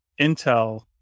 intel